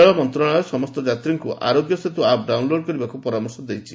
ରେଳ ମନ୍ତ୍ରଣାଳୟ ସମସ୍ତ ଯାତ୍ରୀଙ୍କୁ ଆରୋଗ୍ୟ ସେତୁ ଆପ୍ ଡାଉନ୍ଲୋଡ୍ କରିବାକୁ ପରାମର୍ଶ ଦେଇଛି